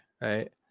Right